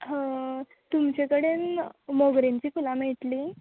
तुमचे कडेन मोगरेंची फुलां मेळटली